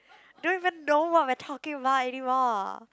I don't even know what we're talking about anymore